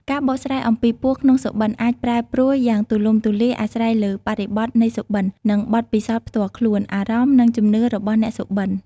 ការបកស្រាយអំពីពស់ក្នុងសុបិនអាច ប្រែប្រួលយ៉ាងទូលំទូលាយអាស្រ័យលើបរិបទនៃសុបិន និងបទពិសោធន៍ផ្ទាល់ខ្លួន អារម្មណ៍ និងជំនឿរបស់អ្នកសុបិន។